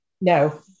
No